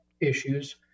issues